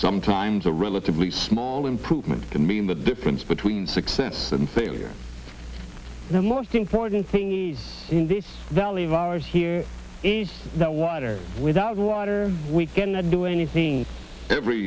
sometimes a relatively small improvement can mean the difference between success and failure the most important thing in the valley of ours here is that water without water we cannot do anything every